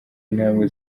intambwe